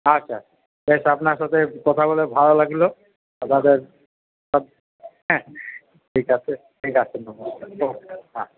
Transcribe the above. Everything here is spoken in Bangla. আচ্ছা বেশ আপনার সাথে কথা বলে ভালো লাগলো ঠিক আছে ঠিক আছে নমস্কার হ্যাঁ